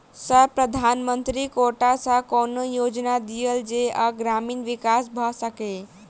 Sir प्रधानमंत्री quota सऽ कोनो योजना दिय जै सऽ ग्रामक विकास भऽ सकै?